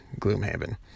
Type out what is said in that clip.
Gloomhaven